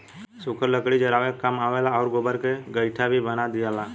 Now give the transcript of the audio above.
सुखल लकड़ी जरावे के काम आवेला आउर गोबर के गइठा भी बना दियाला